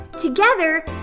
Together